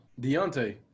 Deontay